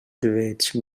veig